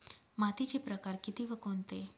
मातीचे प्रकार किती व कोणते?